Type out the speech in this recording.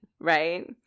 right